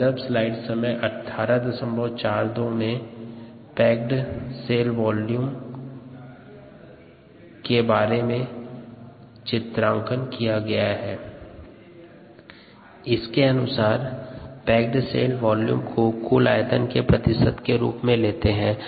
सन्दर्भ स्लाइड समय 1842 के अनुसार पैक्ड सेल वॉल्यूम को कुल आयतन के प्रतिशत के रूप में लेते है